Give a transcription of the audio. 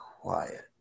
quiet